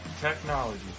technology